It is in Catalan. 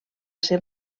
ser